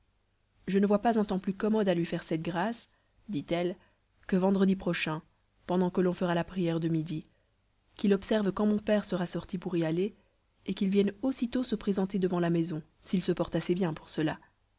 je ne vois pas un temps plus commode à lui faire cette grâce dit-elle que vendredi prochain pendant que l'on fera la prière de midi qu'il observe quand mon père sera sorti pour y aller et qu'il vienne aussitôt se présenter devant la maison s'il se porte assez bien pour cela